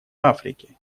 африке